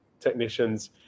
technicians